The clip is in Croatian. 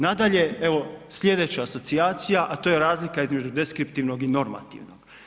Nadalje, evo, sljedeća asocijacija, a to je razlika između deskriptivnog i normativnog.